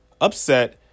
upset